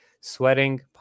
sweating